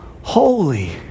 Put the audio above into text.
holy